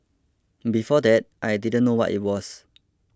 before that I didn't know what it was